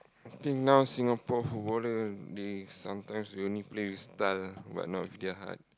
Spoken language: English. think now Singapore footballer they sometimes they only play with style but not with their heart